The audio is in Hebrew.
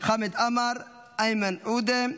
חמד עמאר, איימן עודה,